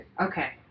Okay